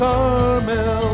Carmel